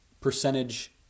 percentage